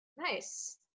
nice